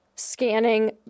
scanning